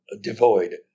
devoid